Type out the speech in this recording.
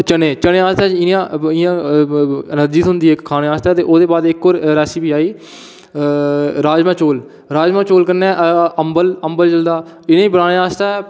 चने चने अस इं'या इं'या रंजित होंदी इक्क खाने आस्तै ते ओह्दे बाद इक्क होर राशि बी आई राजमां चौल राजमां चौल कन्नै अम्बल अम्बल चलदा इ'नें ई बनाने आस्तै